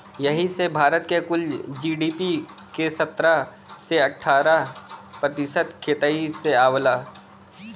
यही से भारत क कुल जी.डी.पी के सत्रह से अठारह प्रतिशत खेतिए से आवला